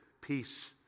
peace